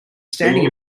standing